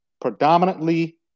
predominantly